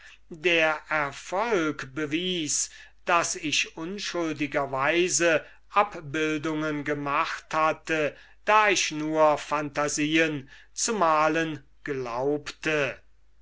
der erfolg bewies daß ich unschuldigerweise abbildungen gemacht hatte da ich nur phantasie zu malen glaubte